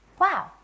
Wow